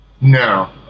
No